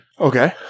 Okay